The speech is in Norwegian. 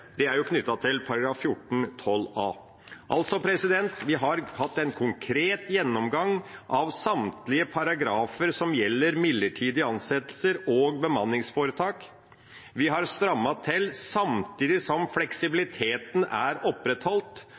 Det er jo knyttet til § 14-12 a. Vi har altså hatt en konkret gjennomgang av samtlige paragrafer som gjelder midlertidige ansettelser og bemanningsforetak. Vi har strammet til samtidig som fleksibiliteten er opprettholdt,